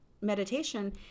meditation